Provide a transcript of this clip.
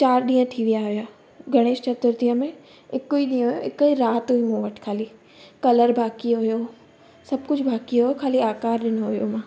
चारि ॾींहं थी विया हुया गणेश चतुर्थीअ में हिकु ई ॾींहुं हुयो हिकु ई राति हुई मां वटि ख़ाली कलर बाक़ी हुयो सब कुझु बाक़ी हुयो ख़ाली आकार ॾिनो हुयो मां